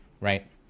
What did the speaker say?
right